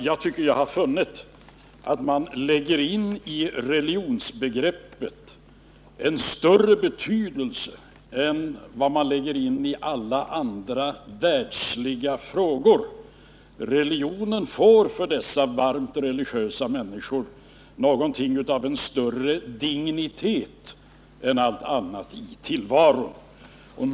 Jag tycker att jag har funnit att de i religiösa begrepp lägger in en större betydelse än de lägger in i alla andra världsliga frågor. Religionen får för dessa varmt religiösa människor en större dignitet än allt annat i tillvaron.